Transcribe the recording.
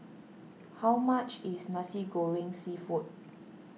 how much is Nasi Goreng Seafood